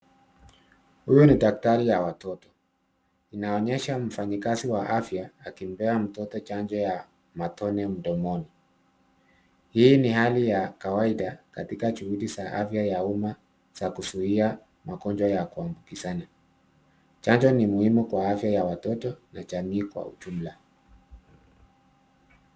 Huyu ni daktari ya watoto. Inaonyesha mfanyikazi wa afya akimpea mtoto chanjo ya matone mdomoni. Hii ni hali ya kawaida katika juhudi za afya ya umma za kuzuia magonjwa za kuambukizana. Chanjo ni muhimu kwa afya ya watoto na jamii kwa ujumla.